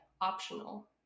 optional